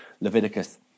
Leviticus